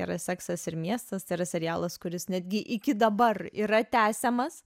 yra seksas ir miestas yra serialas kuris netgi iki dabar yra tęsiamas